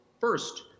first